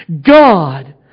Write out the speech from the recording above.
God